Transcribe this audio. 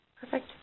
Perfect